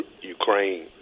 Ukraine